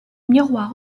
miroir